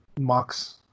mocks